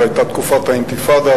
זו היתה תקופת האינתיפאדה.